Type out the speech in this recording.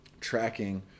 tracking